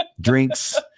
drinks